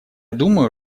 думаю